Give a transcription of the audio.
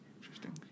Interesting